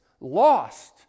lost